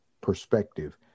perspective